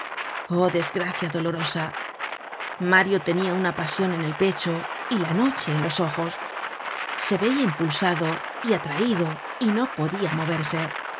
oh desgracia dolorosa mario tenia una pasion en el pecho y la noche en los ojos se veia impulsado y atraido y no podia moverse